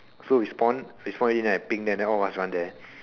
so we spawn we spawn already then I ping them then all of us run there